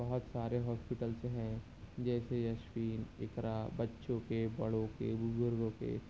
بہت سارے ہاسپٹلس ہیں جیسے یشفین اقرا بچوں کے بڑوں کے بزرگوں کے